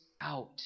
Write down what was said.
out